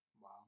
Wow